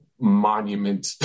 Monument